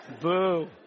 Boo